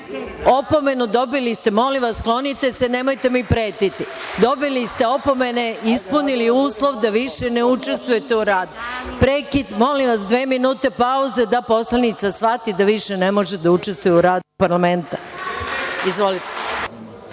opomenu. Molim vas sklonite se, nemojte mi pretiti. Dobili ste opomene i ispunili uslov da više ne učestvujete u radu. Molim vas dva minuta pauze da poslanica shvati da ne može više da učestvuje u radu parlamenta. Izvolite. Molim